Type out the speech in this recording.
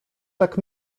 tak